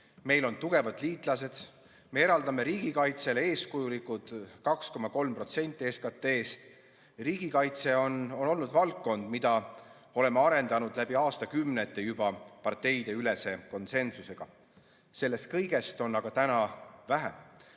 meil on tugevad liitlased, me eraldame riigikaitsele eeskujulikud 2,3% SKT‑st, riigikaitse on olnud valdkond, mida me oleme arendanud läbi aastakümnete parteideülese konsensusega. Sellest kõigest on aga täna vähe.